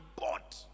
bought